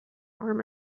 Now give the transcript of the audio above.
arm